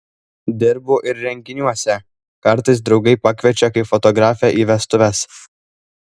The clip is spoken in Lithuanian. dirbu ir renginiuose kartais draugai pakviečia kaip fotografę į vestuves